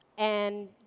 and